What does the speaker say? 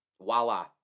Voila